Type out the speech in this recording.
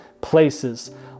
places